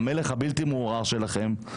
המלך הבלתי מעורער שלכם,